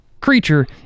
creature